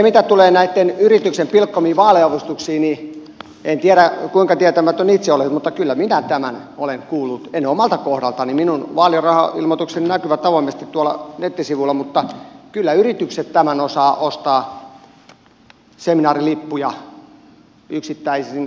mitä tulee näihin yrityksen pilkkomiin vaaliavustuksiin niin en tiedä kuinka tietämätön itse olet mutta kyllä minä tämän olen kuullut en omalta kohdaltani minun vaalirahailmoitukseni näkyvät avoimesti tuolla nettisivuilla mutta kyllä yritykset tämän osaavat osaavat ostaa seminaarilippuja yksittäisin kappalein